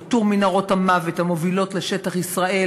איתור מנהרות המוות המובילות לשטח ישראל